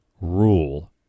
rule